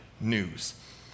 news